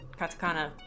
katakana